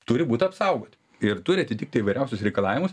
turi būt apsaugoti ir turi atitikti įvairiausius reikalavimus